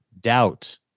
doubt